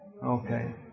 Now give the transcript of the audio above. Okay